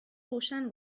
روشن